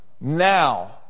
now